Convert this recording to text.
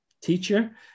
teacher